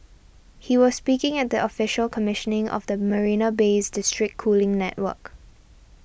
he was speaking at the official commissioning of the Marina Bay's district cooling network